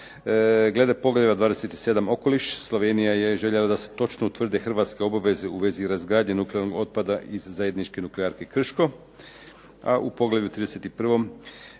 Glede poglavlja 27. – Okoliš, Slovenija je željela da se točno utvrde hrvatske obaveze u vezi razgradnje nuklearnog otpada iz zajedničke Nuklearke Krško, a u poglavlju 31.